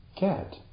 get